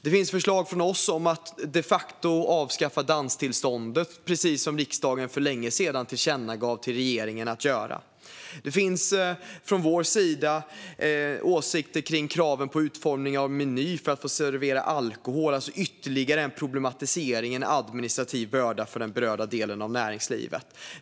Det finns förslag från oss om att de facto avskaffa danstillståndet, precis som riksdagen för länge sedan tillkännagav för regeringen att man skulle göra. Det finns från vår sida åsikter kring kraven på utformning av meny för att få servera alkohol - det är alltså ytterligare en administrativ börda för den berörda delen av näringslivet.